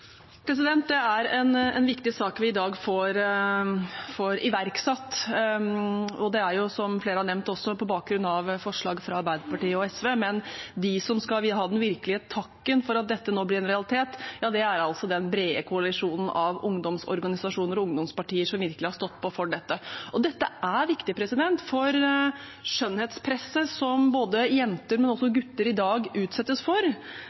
Det er en viktig sak vi i dag får vedtatt, og det er som flere har nevnt, også på bakgrunn av forslag fra Arbeiderpartiet og SV. Men de som skal ha den virkelige takken for at dette nå blir en realitet, er den brede koalisjonen av ungdomsorganisasjoner og ungdomspartier som virkelig har stått på for dette. Dette er viktig, for skjønnhetspresset som både jenter og gutter i dag utsettes for,